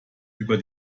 über